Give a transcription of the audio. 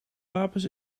wapens